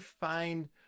find